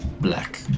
black